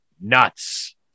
nuts